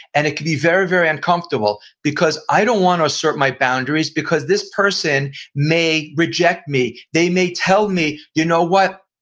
and it can be very, very uncomfortable because i don't want to assert my boundaries, because this person may reject me, they may tell me, you know what,